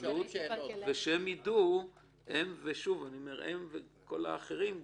ושהם ידעו וגם כל האחרים,